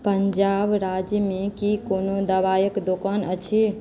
पंजाब राज्यमे की कोनो दवाइक दोकान अछि